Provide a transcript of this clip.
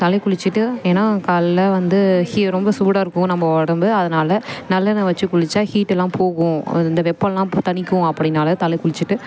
தலை குளிச்சுட்டு ஏன்னால் காலையில் வந்து ஹீ ரொம்ப சூடாக இருக்கும் நம்ம உடம்பு அதனால நல்லெண்ணெய் வச்சு குளித்தா ஹீட் எல்லாம் போகும் அது இந்த வெப்பம் எல்லாம் தணிக்கும் அப்படினால தலை குளிச்சுட்டு